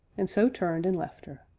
and so turned and left her.